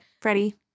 Freddie